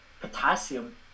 potassium